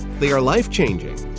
they are life-changing,